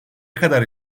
kadar